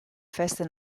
feste